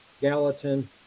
gallatin